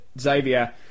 Xavier